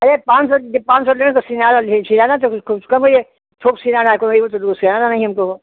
अरे पाँच सौ दे पाँच सौ लें तो सिनारा लेहीं सिलाना तो बिल्कुल कम ही है थोक सिलाना है कोई सिलाना नहीं हमको वह